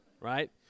right